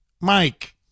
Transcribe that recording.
Mike